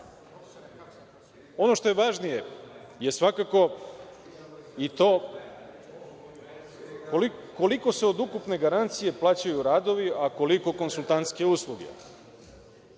što je važnije je, svakako, i to koliko se od ukupne garancije plaćaju radovi, a koliko konsultantske usluge?